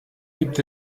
gibt